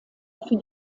für